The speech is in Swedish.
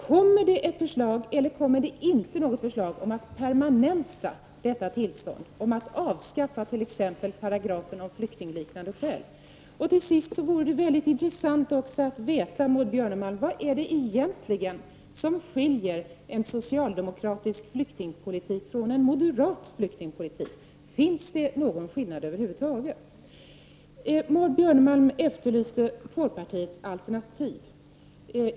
Kommer det ett förslag eller kommer det inte ett förslag om att permanenta detta tillstånd, t.ex. om att avskaffa paragrafen om flyktingliknande skäl? Till sist, Maud Björnemalm, vore det intressant att också få veta vad det egentligen är som skiljer socialdemokratisk flyktingpolitik från moderat flyktingpolitik. Finns det någon skillnad över huvud taget? Maud Björnemalm efterlyste folkpartiets alternativ.